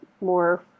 more